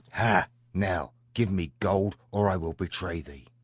ha now give me gold or i will betray thee.